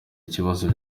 ikibazo